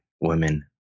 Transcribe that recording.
women